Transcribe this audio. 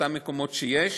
באותם מקומות שיש,